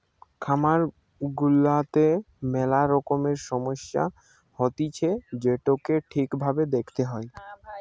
খামার গুলাতে মেলা রকমের সমস্যা হতিছে যেটোকে ঠিক ভাবে দেখতে হয়